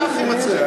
זה הכי מצחיק.